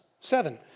Seven